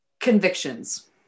Convictions